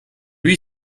lui